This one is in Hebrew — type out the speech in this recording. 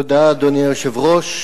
אדוני היושב-ראש,